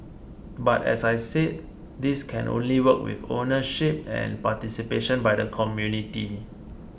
but as I said this can only work with ownership and participation by the community